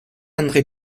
andré